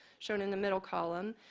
shown in the middle column,